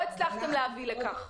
לא הצלחתם להביא לכך.